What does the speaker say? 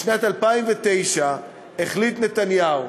בשנת 2009 החליט נתניהו,